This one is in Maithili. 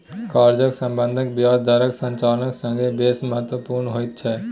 कर्जाक सम्बन्ध ब्याज दरक संरचनाक संगे बेस महत्वपुर्ण होइत छै